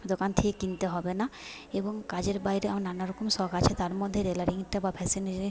দোকান থেকে কিনতে হবে না এবং কাজের বাইরে আমার নানা রকম শখ আছে তার মধ্যে রেলালিংটা বা ফ্যাশন ডিজিনি